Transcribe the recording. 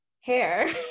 hair